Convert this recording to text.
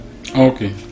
okay